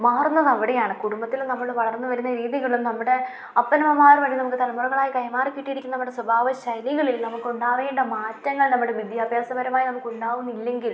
മാറുന്നതവിടെയാണ് കുടുംബത്തിലും നമ്മൾ വളർന്നു വരുന്ന രീതികളും നമ്മുടെ അപ്പനമ്മമാർ വഴി നമുക്ക് തലമുറകളായി കൈമാറി കിട്ടിയിരിക്കുന്നവരുടെ സ്വഭാവ ശൈലികളിൽ നമുക്കുണ്ടാകേണ്ട മാറ്റങ്ങൾ നമ്മുടെ വിദ്യാഭ്യാസപരമായി നമുക്കുണ്ടാകുന്നില്ലെങ്കിൽ